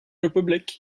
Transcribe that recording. republic